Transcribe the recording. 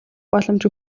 боломж